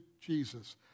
Jesus